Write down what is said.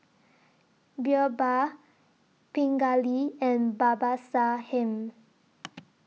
Birbal Pingali and Babasaheb